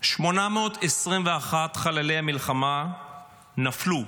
821 חללי המלחמה נפלו.